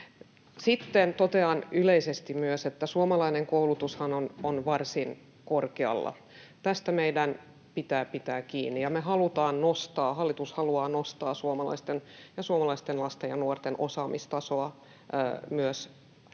Sitten totean yleisesti myös, että suomalainen koulutushan on varsin korkealla. Tästä meidän pitää pitää kiinni, ja hallitus myös haluaa nostaa suomalaisten ja suomalaisten lasten ja nuorten osaamistasoa aikaisemmasta